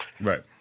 Right